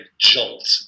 jolt